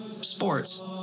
sports